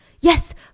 Yes